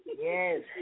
Yes